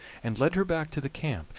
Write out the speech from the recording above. and led her back to the camp,